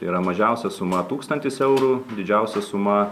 yra mažiausia suma tūkstantis eurų didžiausia suma